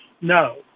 No